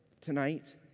tonight